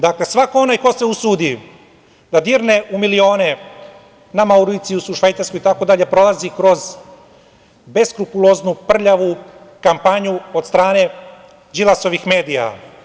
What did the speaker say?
Dakle, svako onaj ko se usudi da dirne u milione na Mauricijusu, Švajcarskoj itd. prolazi kroz beskrupuloznu, prljavu kampanju od strane Đilasovih medija.